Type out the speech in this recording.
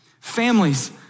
families